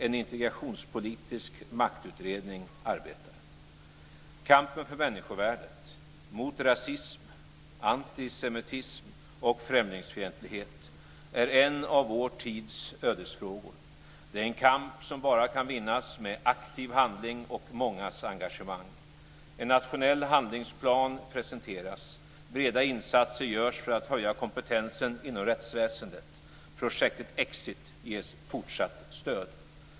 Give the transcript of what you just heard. En integrationspolitisk maktutredning arbetar. Kampen för människovärdet - mot rasism, antisemitism och främlingsfientlighet - är en av vår tids ödesfrågor. Det är en kamp som bara kan vinnas med aktiv handling och mångas engagemang. En nationell handlingsplan presenteras. Breda insatser görs för att höja kompetensen inom rättsväsendet. Projektet EXIT ges fortsatt stöd.